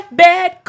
bad